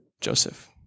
Joseph